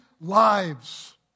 lives